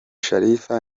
sharifa